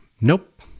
nope